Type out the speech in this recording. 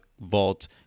vault